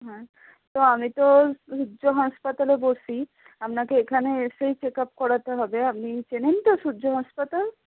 হ্যাঁ তো আমি তো সূর্য হাসপাতালে বসি আপনাকে এখানে এসেই চেক আপ করাতে হবে আপনি চেনেন তো সূর্য হাসপাতাল